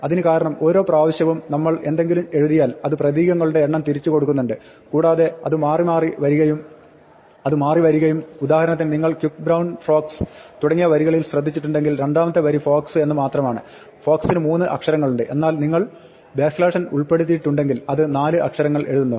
അതിന് കാരണം ഓരോ പ്രാവശ്യവും നമ്മൾ എന്തെങ്കിലും എഴുതിയാൽ അത് പ്രതീകങ്ങളുടെ എണ്ണം തിരിച്ചു കൊടുക്കുന്നുണ്ട് കൂടാതെ അത് മാറി വരികയും ചെയ്യുന്നു ഉദാഹരണത്തിന് നിങ്ങൾ quick brown fox തുടങ്ങിയ വരികളിൽ ശ്രദ്ധിച്ചിട്ടുണ്ടെങ്കിൽ രണ്ടാമത്തെ വരി fox എന്ന് മാത്രമാണ് fox ന് 3 അക്ഷരങ്ങളുണ്ട് എന്നാൽ നിങ്ങൾ n ഉൾപ്പെടുത്തിയിട്ടുണ്ടെങ്കിൽ അത് 4 അക്ഷരങ്ങൾ എഴുതുന്നു